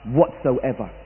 whatsoever